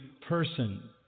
person